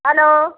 hello